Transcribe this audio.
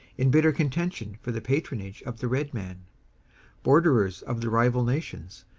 in bitter contention for the patronage of the red man borderers of the rival nations,